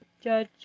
Judge